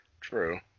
True